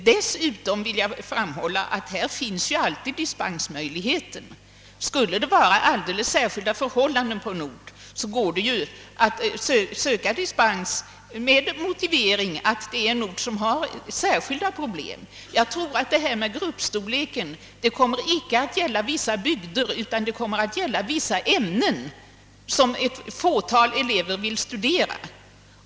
Dessutom finns alltid dispensmöjligheten. Om det på en ort råder alldeles speciella förhållanden, går det att söka dispens med motiveringen att det finns särskilda problem på orten. Gruppstorleken tror jag inte kommer att gälla vissa bygder utan i stället vissa ämnen, som bara ett fåtal elever vill studera.